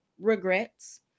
regrets